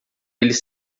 eles